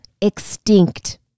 extinct